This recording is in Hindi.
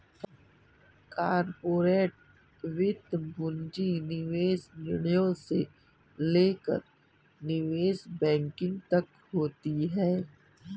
कॉर्पोरेट वित्त पूंजी निवेश निर्णयों से लेकर निवेश बैंकिंग तक होती हैं